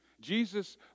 Jesus